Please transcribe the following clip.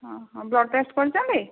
ଓ ହଁ blood test କରିଛନ୍ତି